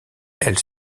elle